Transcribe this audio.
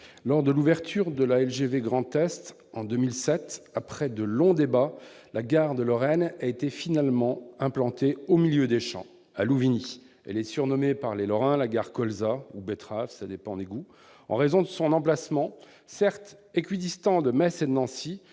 grande vitesse Grand Est en 2007, après de longs débats, la gare de Lorraine a été finalement implantée au milieu des champs, à Louvigny. Elle est surnommée par les Lorrains la gare « colza » ou « betteraves »- selon les goûts ! -en raison de son emplacement, certes équidistant de Metz et de Nancy,